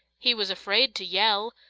he was afraid to yell!